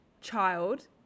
child